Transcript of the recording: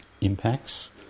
impacts